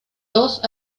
dos